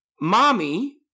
Mommy